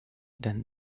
than